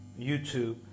YouTube